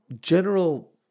general